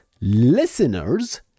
listeners